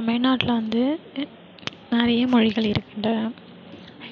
தமிழ்நாட்டில் வந்து நிறைய மொழிகள் இருக்கில